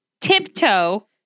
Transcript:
tiptoe